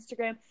Instagram